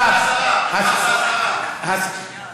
עכשיו אני לא הספקתי, עוד פעם.